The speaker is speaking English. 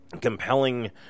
compelling